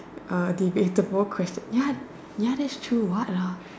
uh debatable question ya ya that's true what lah